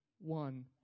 one